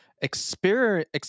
experience